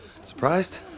Surprised